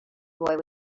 boy